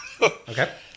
Okay